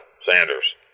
Sanders